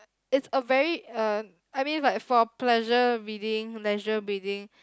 it's a very uh I mean but form pleasure reading leisure reading